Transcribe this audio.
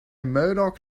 murdoc